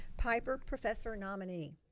piper professor nominee.